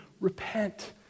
Repent